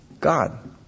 God